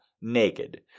naked